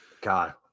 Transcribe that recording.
God